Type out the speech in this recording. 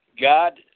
God